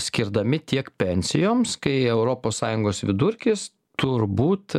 skirdami tiek pensijoms kai europos sąjungos vidurkis turbūt